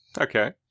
Okay